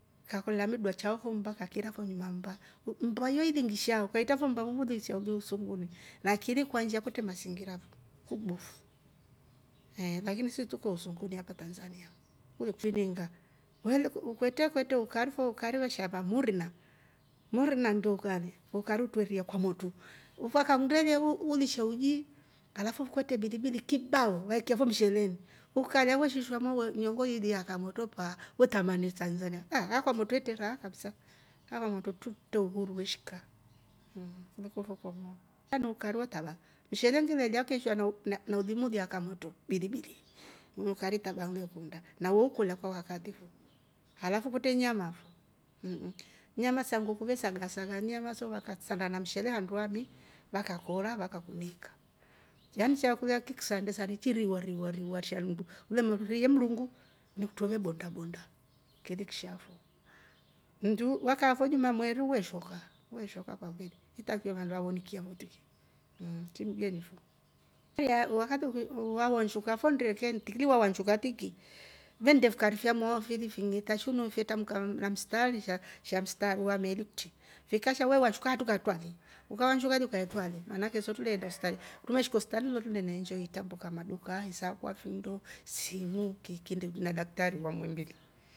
Kakolya amekiira chao fo mmba kakiira fo nyuma ya mmba. Mmba yo ilinsha sha ukaitra fo mmba uli sha uli usunguni lakin kwa nsha kutre masingira fo kukbofu, eeh lakini sisi tuko usunguni hapa tanzania tuve tweringa. Kwetre kwete ukari fo ukari we shaamba muriina ndo ukari ukari tweria kwamotru vaka kundelie uli sha uji alafu kwetre bili bili kibaao vaikya fo msheleni ukalya we shiishwa nyongoo iliiaka motro paa we tramani tanzania ah kwamotru hete raa kabisa, ha kwamotru tutre uhuru we shika mmmm. Ha ni ukari wo traba mshele wo ngile lya keeshwa na- na ulimi uliaaka moto bili bili ni ukari taba ngile kunda na wo ukolya kwa wakati fo, alafu kwetre nyama fo mmm nyama sa nnguku ve saga saga nyama so vakasanda na mshele handu hamu vakakora vaka kuniinga, yan chao kilya kiksande sande cheriiwa riiwa shanndu. umeloolye mrungu ni kutro ve bonda bonda kili kisha fo. Mndu wakaa fo juma mweeri fo we shoka we shoka kabisa itakiwe vandu va wonikie fo tiki shi mgeni fo, pia wakati wa vashuka fo ndekeni tiki. ili wavanshuka tiki wennde fikari fyamwao fili fiinng'ita shi no fye trambuka na mstaari sha. sha mstaari wa meli kutri vikasha we vashuka haatro ukatwraa se ukavansuka li ukatwra se. Maan tro tuleenda hospitali trumeshika hospitali nlo ndo tule enjoi itrambuka maduka aah isaakwa fiindo simuu kiki na daktaari wa muhimbili